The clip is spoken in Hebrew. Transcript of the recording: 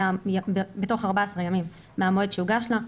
בתוך 14 ימים מהמועד שהוגש לה.